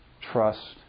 trust